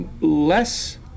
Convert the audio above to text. less